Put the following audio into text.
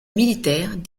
militaires